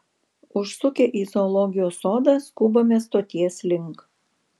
užsukę į zoologijos sodą skubame stoties link